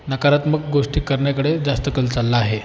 नकारात्मक गोष्टी करण्याकडे जास्त कल चालला आहे